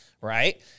right